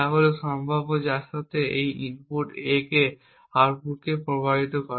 তা হল সম্ভাব্যতা যার সাথে এই ইনপুট A আউটপুটকে প্রভাবিত করে